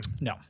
No